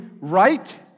right